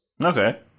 Okay